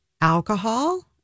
alcohol